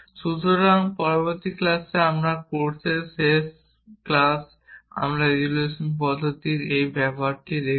সুতরাং পরবর্তী ক্লাসে যা আমাদের কোর্সের শেষ ক্লাস আমরা রেজোলিউশন পদ্ধতির এই ব্যবহারটি দেখব